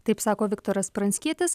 taip sako viktoras pranckietis